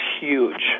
huge